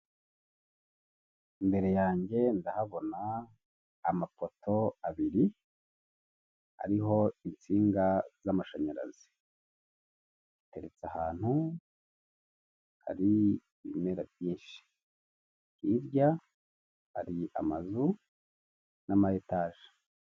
Imbere yanjye ndahabona amapoto abiri ariho insinga z'amashanyarazi ateretse ahantu hari ibimera byinshi hirya hari amazu n'ama etaje.